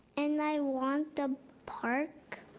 and i want a park